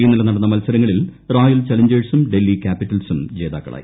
ഇന്നലെ നടന്ന മത്സരങ്ങളിൽ റോയൽ ചലഞ്ചേഴ്സും ഡൽഹി ക്യാപ്പിറ്റൽസും ജേതാക്കളായി